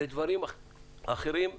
לדברים אחרים.